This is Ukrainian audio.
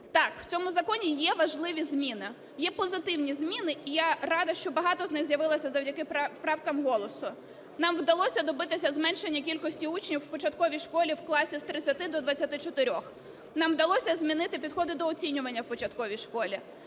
Так, у цьому законі є важливі зміни, є позитивні зміни. І я рада, що багато з них з'явилося завдяки правкам "Голосу". Нам вдалося добитися зменшення кількості учнів у початковій школі в класі з 30-ти до 24-х. Нам вдалося змінити підходи до оцінювання в початковій школі,